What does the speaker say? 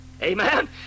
Amen